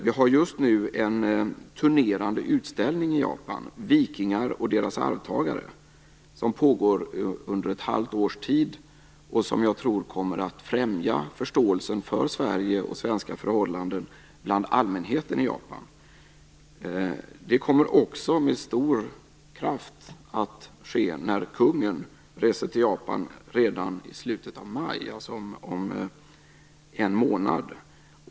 Vi har just nu en turnerande utställning i Japan, Vikingar och deras arvtagare, som pågår under ett halvårs tid och som jag tror kommer att främja förståelsen för Sverige och svenska förhållanden bland allmänheten i Japan. Det kommer också med stor kraft att ske när kungen reser till Japan redan i slutet av maj, dvs. om en månad.